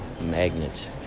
magnet